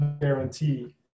guarantee